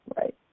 right